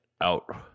out